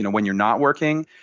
when you're not working,